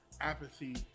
Apathy